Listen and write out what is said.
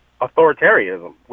authoritarianism